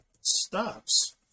stops